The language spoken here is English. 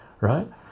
right